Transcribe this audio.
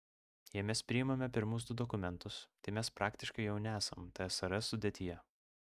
jei mes priimame pirmus du dokumentus tai mes praktiškai jau nesam tsrs sudėtyje